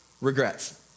regrets